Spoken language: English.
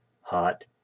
hot